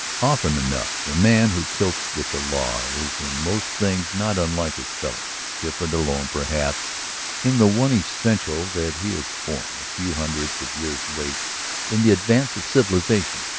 often enough the man who tilts with the law is in most things not unlike his fellows, different alone perhaps in the one essential that he is born a few hundreds of years late in the advance of civilization.